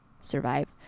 survive